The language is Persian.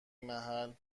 محل